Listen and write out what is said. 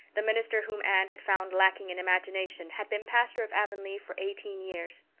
the minister whom anne had found lacking in imagination, had been pastor of avonlea for eighteen years.